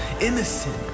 innocent